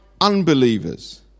unbelievers